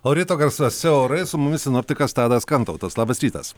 o ryto garsuose orai su mumis sinoptikas tadas kantautas labas rytas